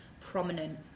prominent